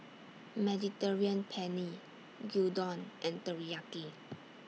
Mediterranean Penne Gyudon and Teriyaki